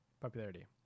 popularity